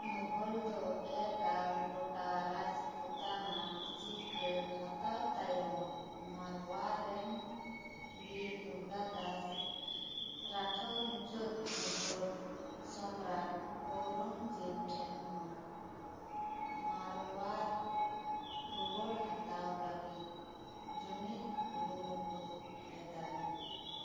ᱢᱩᱜᱷᱚᱞ ᱫᱚ ᱮᱠᱟᱞ ᱜᱚᱴᱟ ᱨᱟᱡᱽᱯᱩᱛᱟᱱᱟ ᱡᱤᱛᱠᱟᱹᱨ ᱦᱟᱛᱟᱣ ᱛᱟᱭᱚᱢ ᱢᱟᱨᱣᱟᱨᱮᱱ ᱵᱤᱨ ᱫᱩᱨᱜᱟ ᱫᱟᱥ ᱨᱟᱴᱷᱳᱨ ᱢᱩᱪᱟᱹᱫ ᱢᱩᱜᱷᱚᱞ ᱥᱚᱢᱨᱟᱴ ᱳᱨᱳᱝᱡᱮᱵᱽ ᱴᱷᱮᱱ ᱠᱷᱚᱱ ᱢᱟᱨᱣᱟᱨ ᱨᱩᱣᱟᱹᱲ ᱦᱟᱛᱟᱣ ᱞᱟᱹᱜᱤᱫ ᱡᱩᱢᱤᱫ ᱠᱩᱨᱩᱢᱩᱴᱩ ᱞᱮᱫᱟᱭ